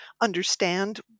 understand